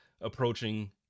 approaching